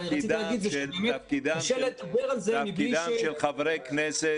רציתי להגיד שקשה לדבר על זה מבלי ש- -- תפקידם של חברי הכנסת